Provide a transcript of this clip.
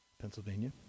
Pennsylvania